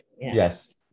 yes